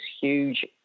huge